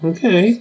Okay